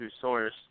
source